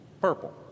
purple